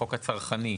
החוק הצרכני.